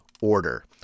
order